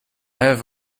have